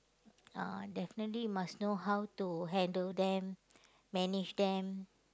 uh definitely you must know how to handle them manage them